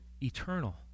eternal